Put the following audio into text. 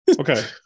okay